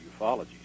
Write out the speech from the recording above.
ufology